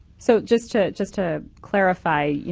so just to just to clarify,